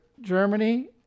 Germany